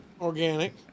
Organic